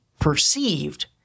perceived